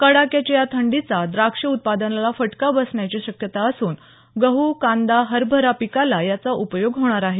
कडाक्याच्या या थंडीचा द्राक्ष उत्पादनाला फटका बसण्याची शक्यता असून गहू कांदा हरभरा पिकाला याचा उपयोग होणार आहे